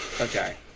Okay